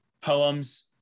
Poems